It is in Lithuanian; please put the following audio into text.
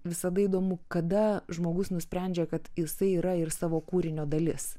visada įdomu kada žmogus nusprendžia kad jisai yra ir savo kūrinio dalis